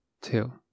two